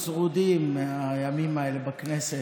התשפ"ב 2022, לקריאה שנייה ושלישית.